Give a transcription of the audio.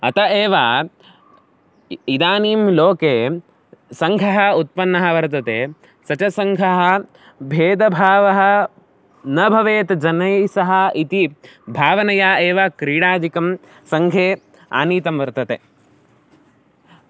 अतः एव इदानीं लोके सङ्घः उत्पन्नः वर्तते सः च सङ्घः भेदभावः न भवेत् जनैः सह इति भावनया एव क्रीडादिकं सङ्घे आनीतं वर्तते